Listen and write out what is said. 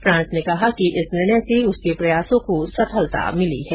France ने कहा कि इस निर्णय से उसके प्रयासों को सफलता मिली है